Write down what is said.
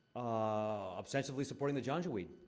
ah, ostensibly supporting the janjaweed.